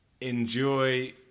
enjoy